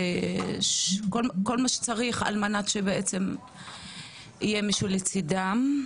כל מה שצריך על מנת שבעצם יהיה מישהו לצידם,